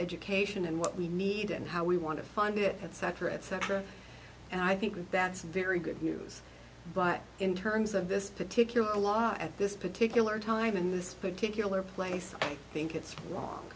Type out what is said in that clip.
education and what we need and how we want to fund it etc etc and i think that's a very good news but in terms of this particular law at this particular time in this particular place i think it's wrong